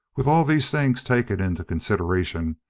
with all these things taken into consideration,